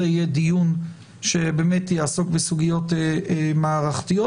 יהיה דיון שבאמת יעסוק בסוגיות מערכתיות.